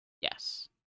Yes